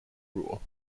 rule